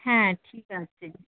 হ্যাঁ ঠিক আছে